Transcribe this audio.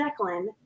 Declan